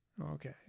Okay